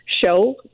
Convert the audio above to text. show